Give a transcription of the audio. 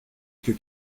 que